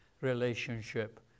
relationship